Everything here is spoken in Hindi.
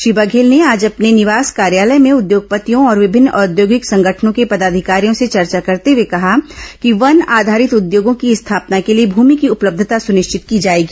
श्री बघेल ने आज अपने निवास कार्यालय में उद्योगपतियों और विभिन्न औद्योगिक संगठनों के पदाधिकारियों से चर्चा करते हए कहा कि वन आधारित उद्योगों की स्थापना के लिए भूमि की उपलब्धता सुनिश्चित की जाएगी